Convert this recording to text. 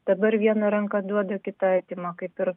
dabar viena ranka duoda kita artima kaip ir